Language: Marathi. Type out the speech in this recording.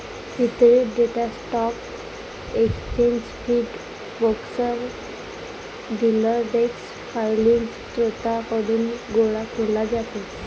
वितरित data stock exchange feed, brokers, dealer desk filing स्त्रोतांकडून गोळा केला जातो